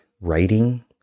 writing